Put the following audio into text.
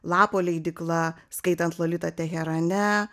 lapo leidykla skaitant lolitą teherane